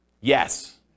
Yes